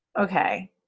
okay